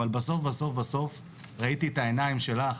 אבל בסוף בסוף בסוף ראיתי את העיניים שלך